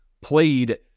played